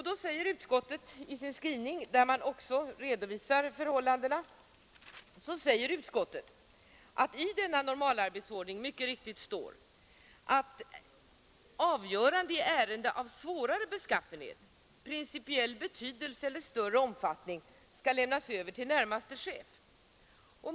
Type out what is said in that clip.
Utskottet säger i sin skrivning — där utskottet också redovisar förhållandena — att det i normalarbetsordningen anges att ”avgörandet i ärende av svårare beskaffenhet av principiell betydelse eller av större omfattning skall lämnas över till närmaste chef”.